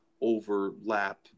overlap